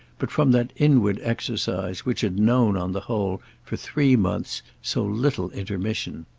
but from that inward exercise which had known, on the whole, for three months, so little intermission.